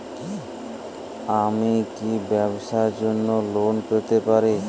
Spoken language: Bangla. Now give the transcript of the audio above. আমি কি ব্যবসার জন্য লোন পেতে পারি?